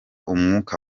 umwuka